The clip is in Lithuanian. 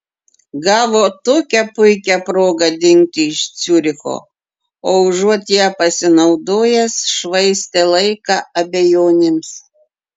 gavo tokią puikią progą dingti iš ciuricho o užuot ja pasinaudojęs švaistė laiką abejonėms